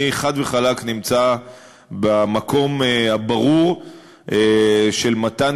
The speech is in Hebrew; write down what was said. אני חד וחלק נמצא במקום הברור של מתן